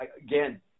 again